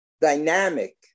dynamic